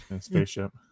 spaceship